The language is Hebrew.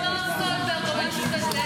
כמו נעם סולברג או משהו כזה,